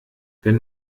wenn